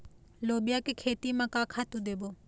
लोबिया के खेती म का खातू देबो?